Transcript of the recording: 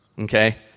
okay